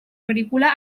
agrícola